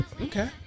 Okay